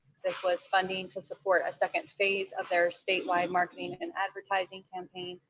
this was funding to support a second phase of their statewide marketing and advertising campaign.